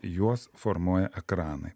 juos formuoja ekranai